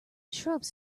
shrubs